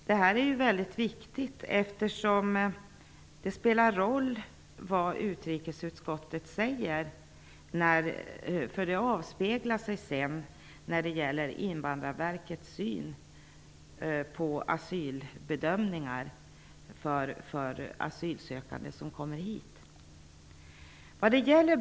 Det är verkligen viktigt vad utrikesutskottet säger, för det avspeglar sig sedan på Invandrarverkets asylbedömningar.